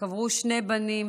קברה שני בנים,